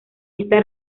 estas